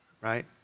Right